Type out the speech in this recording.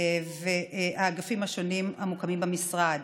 והאגפים השונים המוקמים במשרד.